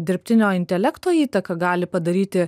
dirbtinio intelekto įtaka gali padaryti